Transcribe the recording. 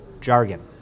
jargon